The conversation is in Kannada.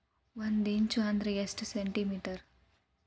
ಒಂದಿಂಚು ಅಂದ್ರ ಎಷ್ಟು ಸೆಂಟಿಮೇಟರ್?